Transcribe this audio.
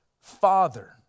Father